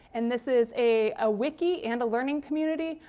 and this is a a wiki and a learning community.